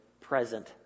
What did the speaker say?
present